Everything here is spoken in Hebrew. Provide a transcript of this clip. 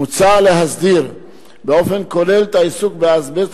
מוצע להסדיר באופן כולל את העיסוק באזבסט,